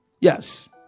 yes